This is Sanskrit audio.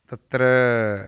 तत्र